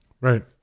Right